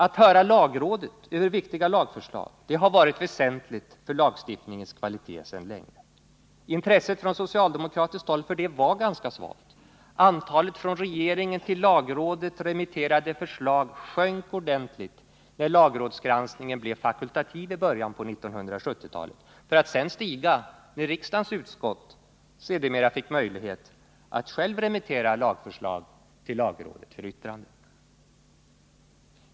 Att höra lagrådet beträffande viktiga lagförslag har varit väsentligt för lagstiftningens kvalitet sedan länge, men intresset från socialdemokratiskt håll för det var ganska svalt. Antalet från regeringen till lagrådet remitterade förslag sjönk ordentligt när lagrådsgranskningen blev fakultativ i början på 1970-talet, för att sedan stiga när riksdagens utskott sedermera fick möjlighet att själva remittera lagförslag till lagrådet för yttrande.